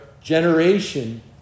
generation